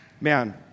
Man